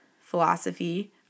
philosophy